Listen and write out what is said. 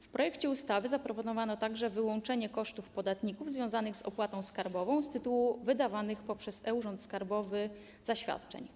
W projekcie ustawy zaproponowano także wyłączenie kosztów podatników związanych z opłatą skarbową z tytułu wydawanych przez e-Urząd Skarbowy zaświadczeń.